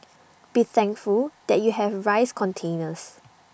be thankful that you have rice containers